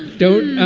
don't.